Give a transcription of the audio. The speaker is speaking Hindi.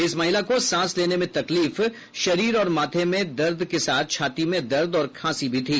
इस महिला को सांस लेने में तकलीफ शरीर और माथे में दर्द के साथ छाती में दर्द और खांसी भी थी